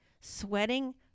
sweating